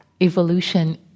evolution